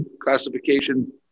classification